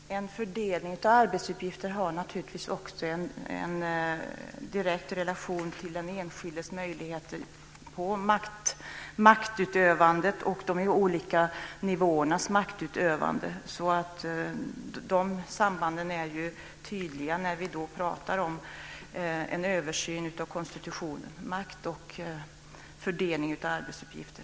Herr talman! En fördelning av arbetsuppgifter har naturligtvis också en direkt relation till den enskildes möjligheter vad gäller maktutövande, de olika nivåernas maktutövande. De sambanden är tydliga när vi pratar om en översyn av konstitutionen; makt och fördelning av arbetsuppgifter.